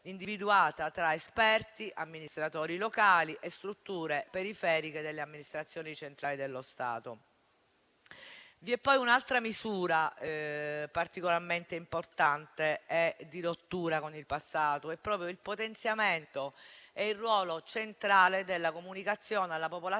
tra esperti, amministratori locali e strutture periferiche delle amministrazioni centrali dello Stato. Vi è poi un'altra misura particolarmente importante e di rottura con il passato: il potenziamento e il ruolo centrale della comunicazione alla popolazione,